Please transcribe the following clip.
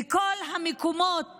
בכל המקומות